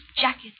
jacket